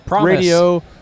radio